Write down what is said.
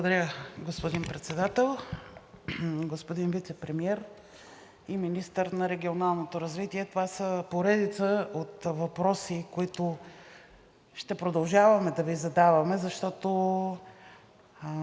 Благодаря, господин Председател. Господин Вицепремиер и министър на регионалното развитие, това са поредица от въпроси, които ще продължаваме да Ви задаваме, защото